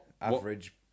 average